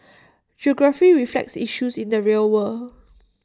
geography reflects issues in the real world